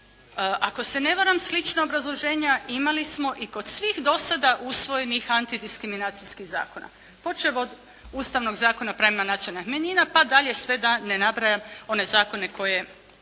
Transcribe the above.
Ako se ne varam slična obrazloženja imali smo i kod svih do sada usvojenih antidiskriminacijskih zakona. Počevši od Ustavnog zakona o pravima nacionalnih manjina, pa dalje, sve da ne nabrajam one zakone koje